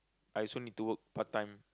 I also need to work part time